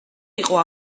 იყო